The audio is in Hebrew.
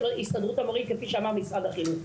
הסתדרות המורים כפי שאמר משרד החינוך,